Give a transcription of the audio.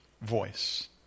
voice